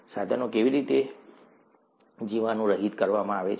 સાધનો કેવી રીતે જીવાણુરહિત કરવામાં આવે છે